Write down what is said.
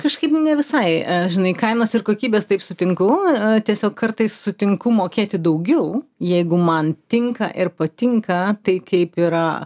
kažkaip ne visai žinai kainos ir kokybės taip sutinku tiesiog kartais sutinku mokėti daugiau jeigu man tinka ir patinka tai kaip yra